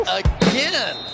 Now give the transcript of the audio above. again